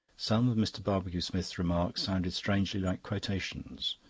some of mr. barbecue-smith's remarks sounded strangely like quotations